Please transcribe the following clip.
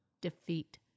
defeat